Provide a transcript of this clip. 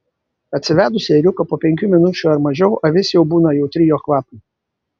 atsivedusi ėriuką po penkių minučių ar mažiau avis jau būna jautri jo kvapui